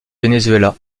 venezuela